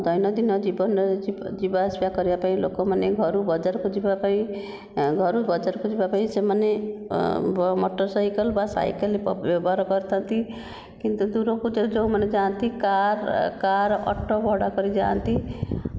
ଦୈନନ୍ଦିନ ଜୀବନରେ ଯିବା ଆସିବା କରିବା ପାଇଁ ଲୋକମାନେ ଘରୁ ବଜାର କୁ ଯିବା ପାଇଁ ଘରୁ ବଜାର କୁ ଯିବା ପାଇଁ ସେମାନେ ମୋଟରସାଇକେଲ ବା ସାଇକେଲର ବ୍ୟବହାର କରିଥାଆନ୍ତି କିନ୍ତୁ ଦୁରକୁ ଯେଉଁମାନେ ଯାଆନ୍ତି କାର କାର ଅଟୋ ଭଡ଼ା କରି ଯାଆନ୍ତି